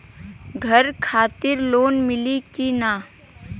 घर खातिर लोन मिली कि ना?